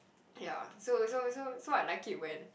ya so so so so I like it when